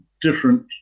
different